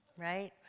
Right